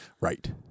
Right